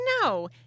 No